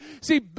See